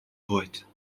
poètes